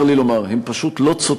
צר לי לומר, הם פשוט לא צודקים.